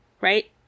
right